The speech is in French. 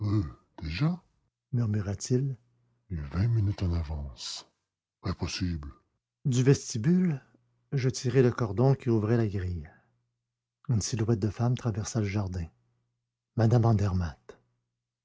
déjà murmura-t-il et vingt minutes en avance impossible du vestibule je tirai le cordon qui ouvrait la grille une silhouette de femme traversa le jardin mme andermatt